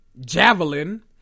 Javelin